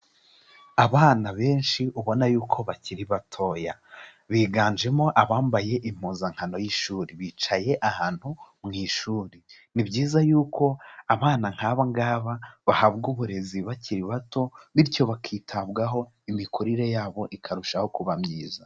Abana benshi ubona yuko bakiri batoya. Biganjemo abambaye impuzankano y'ishuri. Bicaye ahantu mu ishuri. Ni byiza yuko abana nk'aba ngaba bahabwa uburezi bakiri bato bityo bakitabwaho imikurire yabo ikarushaho kuba myiza.